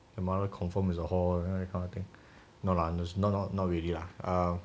the mother confirm is a whore you know that kind of thing no not lah not really lah ah